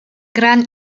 gran